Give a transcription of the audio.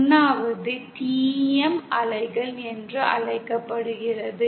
1 வது TEM அலைகள் என்று அழைக்கப்படுகிறது